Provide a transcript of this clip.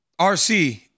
RC